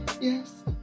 Yes